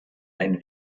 einen